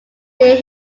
near